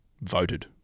voted